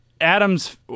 Adam's